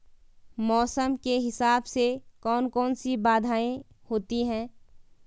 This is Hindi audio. मौसम के हिसाब से कौन कौन सी बाधाएं होती हैं?